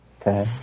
Okay